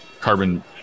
carbon